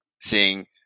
seeing